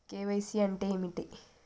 KYC అంటే ఏమిటి?